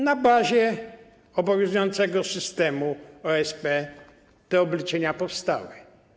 Na bazie obowiązującego systemu OSP te obliczenia powstały.